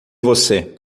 você